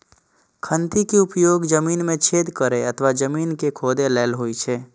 खंती के उपयोग जमीन मे छेद करै अथवा जमीन कें खोधै लेल होइ छै